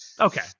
Okay